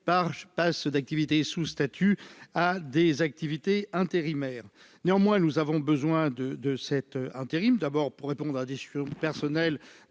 par je passe d'activité sous statut à des activités intérimaire, néanmoins, nous avons besoin de de cet intérim d'abord pour répondre à des sur le personnel